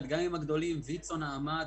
- גם עם ויצ"ו, גם עם נעמ"ת,